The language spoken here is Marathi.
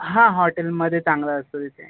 हां हॉटेलमध्ये चांगलं असतं तिथे